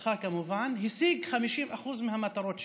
בתקופתך כמובן, השיג 50% מהמטרות שלו,